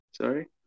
Sorry